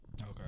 Okay